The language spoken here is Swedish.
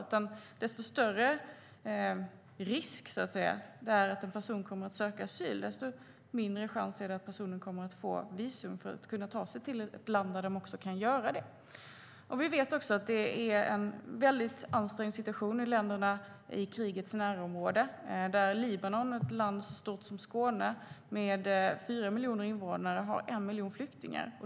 Ju större risk, så att säga, det är att personer kommer att söka asyl, desto mindre chans är det att dessa personer kommer att få visum för att kunna ta sig till ett land där de också kan göra det. Vi vet också att det är en mycket ansträngd situation i länderna i krigets närområde. Libanon, som är ett land som är lika stort som Skåne, med 4 miljoner invånare har 1 miljon flyktingar.